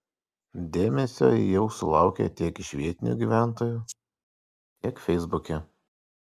dėmesio ji jau sulaukė tiek iš vietinių gyventojų tiek feisbuke